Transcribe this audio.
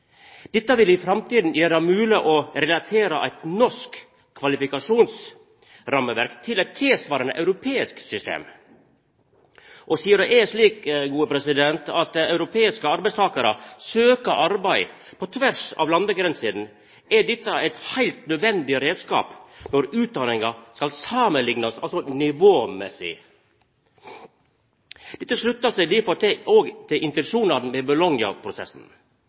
Dette vil i framtida gjera det mogleg å relatera eit norsk kvalifikasjonsrammeverk til eit tilsvarande europeisk system. Og sidan det er slik at europeiske arbeidstakarar søkjer arbeid på tvers av landegrensene, er dette ein heilt nødvendig reiskap når utdanningar skal samanliknast nivåmessig. Dette sluttar seg difor òg til intensjonane